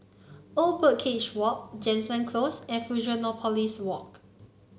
Old Birdcage Walk Jansen Close and Fusionopolis Walk